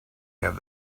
have